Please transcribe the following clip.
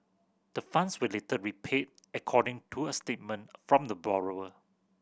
the funds were later repaid according to a statement from the borrower